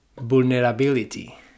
Vulnerability